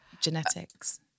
genetics